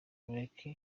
lucky